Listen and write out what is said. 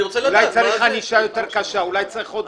אולי צריך ענישה קשה יותר, אולי צריך עוד דברים.